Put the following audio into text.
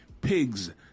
Pigs